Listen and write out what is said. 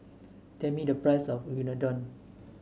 tell me the price of Unadon